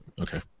Okay